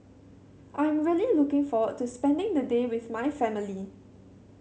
I'm really looking forward to spending the day with my family